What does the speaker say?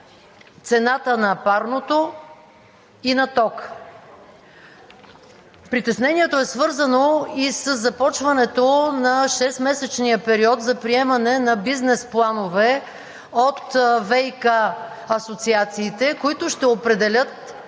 цената на парното и на тока. Притеснението е свързано и със започването на шестмесечния период за приемане на бизнес планове от ВиК асоциациите, които ще определят